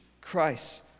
Christ